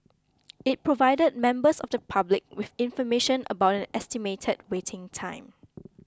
it provided members of the public with information about an estimated waiting time